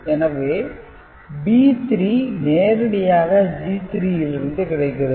எனவே B3 நேரடியாக G3 யிலிருந்து கிடைக்கிறது